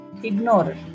Ignore